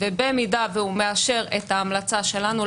ואם הוא מאשר את ההמלצה שלנו,